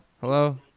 Hello